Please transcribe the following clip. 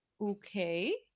Okay